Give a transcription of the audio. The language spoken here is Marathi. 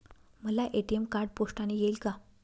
मला ए.टी.एम कार्ड पोस्टाने येईल का?